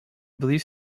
believe